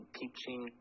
teaching